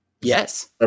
Yes